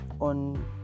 on